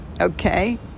okay